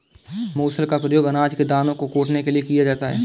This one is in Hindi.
मूसल का प्रयोग अनाज के दानों को कूटने के लिए किया जाता है